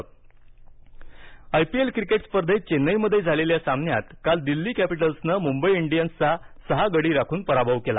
IPL IPL cricket स्पर्धेत चेन्नईमध्ये झालेल्या सामन्यात काल दिल्ली कॅपिटल्सनं मुंबई इंडियन्सचा सहा गडी राखून पराभव केला